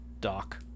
Doc